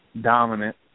dominant